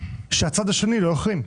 שהצד השני לא החרים,